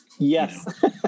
Yes